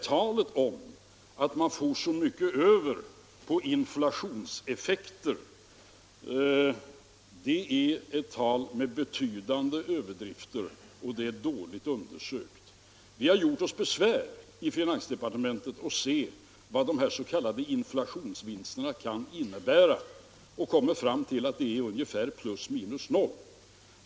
Talet om att man får så mycket över på inflationseffekter är ett tal med betydande överdrifter, och det är dåligt undersökt. Vi har gjort oss besväret i finansdepartementet att se vad de här s.k. inflationsvinsterna kan innebära och kommit fram till att det är ungefär plus minus noll.